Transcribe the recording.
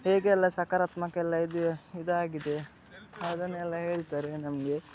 ಹೇಗೆ ಎಲ್ಲ ಸಕಾರಾತ್ಮಕೆಲ್ಲ ಇದು ಇದಾಗಿದೆ ಅದನ್ನೆಲ್ಲ ಹೇಳ್ತಾರೆ ನಮಗೆ